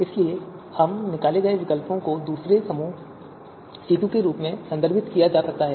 इसलिए इन निकाले गए विकल्पों को दूसरे समूह C2 के रूप में संदर्भित किया जाता है